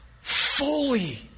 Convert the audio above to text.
fully